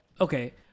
okay